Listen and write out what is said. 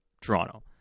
Toronto